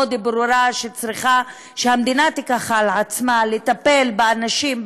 ברורה: שהמדינה תיקח על עצמה לטפל באנשים,